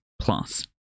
plus